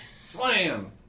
Slam